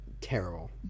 terrible